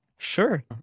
Sure